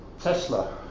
Tesla